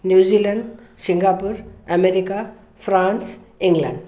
New Zealand Singapore America France England